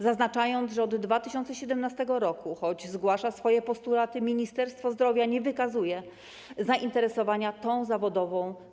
Zaznacza, że od 2017 r., choć zgłasza swoje postulaty, Ministerstwo Zdrowia nie wykazuje zainteresowania tą grupą zawodową.